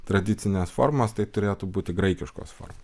tradicinės formos tai turėtų būti graikiškos formos